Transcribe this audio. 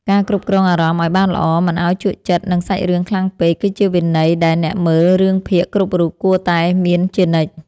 ការគ្រប់គ្រងអារម្មណ៍ឱ្យបានល្អមិនឱ្យជក់ចិត្តនឹងសាច់រឿងខ្លាំងពេកគឺជាវិន័យដែលអ្នកមើលរឿងភាគគ្រប់រូបគួរតែមានជានិច្ច។